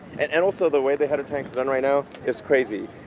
and and also the way the header tanks are done right now is crazy,